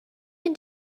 can